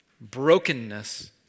Brokenness